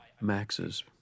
Max's